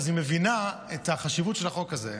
אז היא מבינה את החשיבות של החוק הזה.